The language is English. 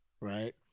right